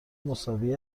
مساوی